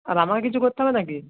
আর আমার কিছু করতে হবে নাকি